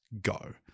go